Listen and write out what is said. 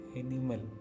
animal